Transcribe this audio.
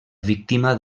víctima